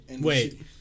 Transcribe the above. Wait